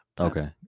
okay